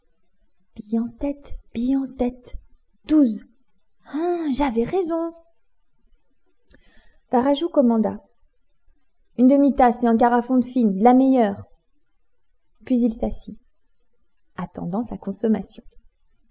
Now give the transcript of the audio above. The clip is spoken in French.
bille en tête bille en tête douze hein j'avais raison varajou commanda une demi-tasse et un carafon de fine de la meilleure puis il s'assit attendant sa consommation